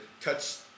touch